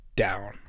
Down